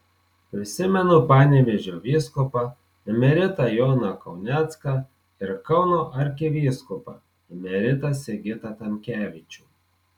prisimenu panevėžio vyskupą emeritą joną kaunecką ir kauno arkivyskupą emeritą sigitą tamkevičių